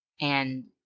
And-